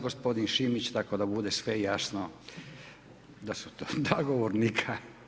gospodin Šimić tako da bude sve jasno da su to dva govornika.